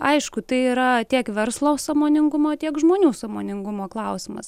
aišku tai yra tiek verslo sąmoningumo tiek žmonių sąmoningumo klausimas